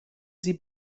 sie